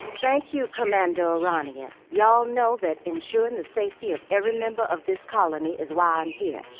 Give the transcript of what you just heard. thank you, commander o'rania. y'all know that ensuring the safety of every member of this colony is why i'm here.